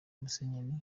musenyeri